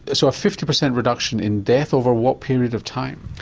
so a fifty percent reduction in death over what period of time?